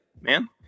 man